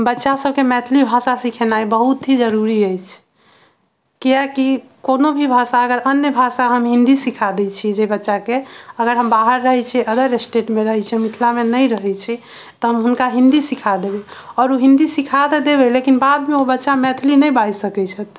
बच्चा सभके मैथिली भाषा सिखेनाइ बहुत ही जरूरी अछि कियाकि कोनो भी भाषा अगर अन्य भाषा हम हिन्दी सिखा दै छी जे बच्चा के अगर हम बाहर रहै छी अदर स्टेटमे रहै छी मिथिला मे नहि रहै छी तऽ हम हुनका हिन्दी सिखा देबै आओर ओ हिन्दी सिखा तऽ देबै लेकिन बाद मे ओ बच्चा मैथिली नहि बाजि सकै छथि